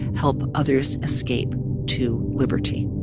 help others escape to liberty